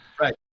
Right